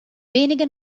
wenige